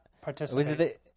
participate